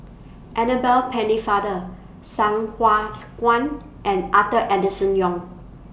Annabel Pennefather Sai Hua Kuan and Arthur Enderson Young